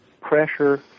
pressure